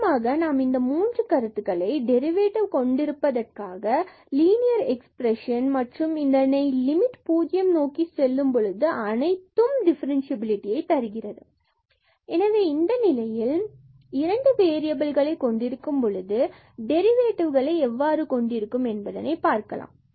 முக்கியமாக நாம் இந்த மூன்று கருத்துக்களை டெரிவேட்டிவ் கொண்டிருப்பதற்காக மற்றும் லீனியர் எக்ஸ்பிரஷன்கள் மற்றும் இதனை லிமிட் பூஜ்ஜியம் நோக்கி செல்லும் பொழுது இவை அனைத்தும் டிஃபரண்ட்சியபிலிட்டியைத் தருகிறது எனவே இந்த நிலையில் இரண்டு வேரியபில்களை கொண்டிருக்கும்பொழுது டெரிவேடிவ்களை எவ்வாறு கொண்டிருக்கும் என்பதை பார்க்கலாம்